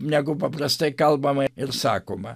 negu paprastai kalbama ir sakoma